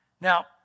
Now